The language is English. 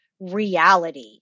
reality